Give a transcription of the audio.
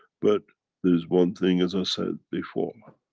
but there is one thing, as i said before.